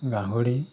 গাহৰি